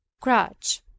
crutch